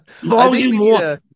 Volume